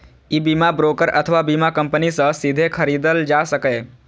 ई बीमा ब्रोकर अथवा बीमा कंपनी सं सीधे खरीदल जा सकैए